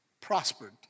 prospered